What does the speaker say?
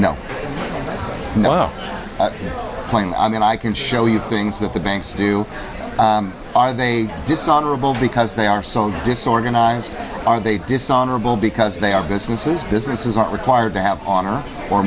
playing i mean i can show you things that the banks do are they dishonorable because they are so disorganized are they dishonorable because they are businesses businesses are required to have honor or